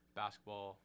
basketball